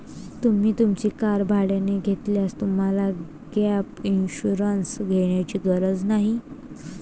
तुम्ही तुमची कार भाड्याने घेतल्यास तुम्हाला गॅप इन्शुरन्स घेण्याची गरज नाही